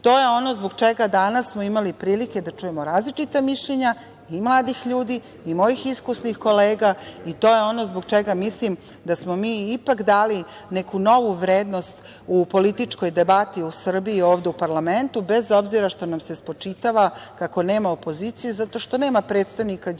To je ono zbog čega danas smo imali prilike da čujemo različita mišljenja i mladih ljudi i mojih iskusnih kolega i to je ono zbog čega mislim da smo mi ipak dali neku novu vrednost u političkoj debati u Srbiji, ovde u parlamentu bez obzira što nam se spočitava kako nema opozicije zato što nema predstavnika Đilasovih